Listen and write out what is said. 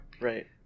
right